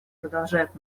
продолжает